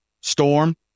Storm